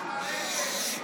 בעד